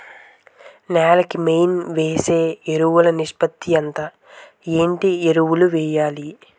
నేల కి మెయిన్ వేసే ఎరువులు నిష్పత్తి ఎంత? ఏంటి ఎరువుల వేయాలి?